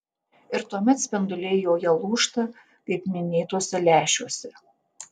ir tuomet spinduliai joje lūžta kaip minėtuose lęšiuose